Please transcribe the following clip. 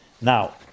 Now